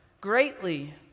greatly